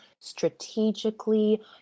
strategically